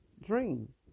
dream